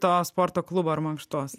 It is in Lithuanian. to sporto klubo ar mankštos